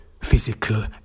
physical